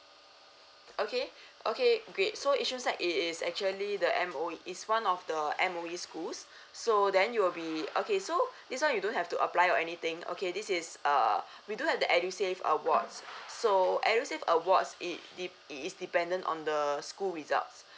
okay okay great so yishun sec is is actually the M_O~ is one of the M_O_E schools so then you will be okay so this one you don't have to apply or anything okay this is uh we do have the edusave awards so edusave awards it dep~ it is dependent on the school results